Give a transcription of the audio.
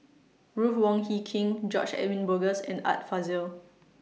Ruth Wong Hie King George Edwin Bogaars and Art Fazil